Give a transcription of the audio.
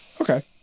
Okay